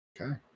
Okay